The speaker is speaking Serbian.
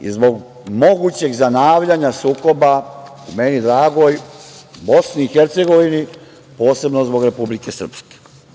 i zbog mogućeg zanavljanja sukoba u meni dragoj BiH, posebno zbog Republike Srpske. Dame